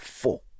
four